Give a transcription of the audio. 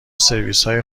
سرویسهای